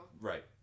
Right